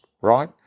right